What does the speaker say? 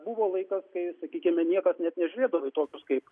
buvo laikas kai sakykime niekas net nežiūrėdavo į tokius kaip